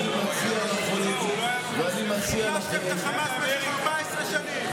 חימשתם את החמאס במשך 14 שנים.